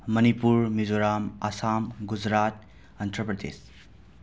Manipur Mizoram Assam Gujarat Andhra Pradesh